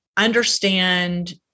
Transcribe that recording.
understand